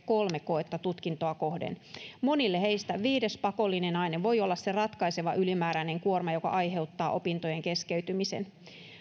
kolme koetta tutkintoa kohden monille heistä viides pakollinen aine voi olla se ratkaiseva ylimäärinen kuorma joka aiheuttaa opintojen keskeytymisen